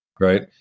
Right